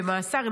במאסר.